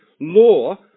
law